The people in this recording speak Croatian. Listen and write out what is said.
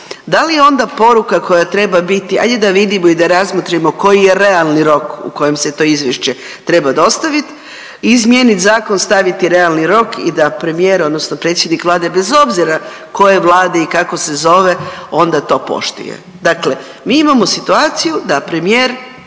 da li onda poruka koja treba biti, ajde da vidimo i da razmotrimo koji je realni rok u kojem se to izvješće treba dostaviti i izmijenit zakon, staviti realni rok i da premijer odnosno predsjednik Vlade bez obzira koje vlade i kako se zove onda to poštuje. Dakle, mi imamo situaciju da premijer